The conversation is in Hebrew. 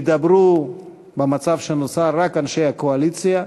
ידברו במצב שנוצר רק אנשי הקואליציה,